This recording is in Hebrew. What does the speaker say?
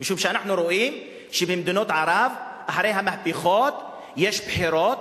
משום שאנחנו רואים שבמדינות ערב אחרי המהפכות יש בחירות,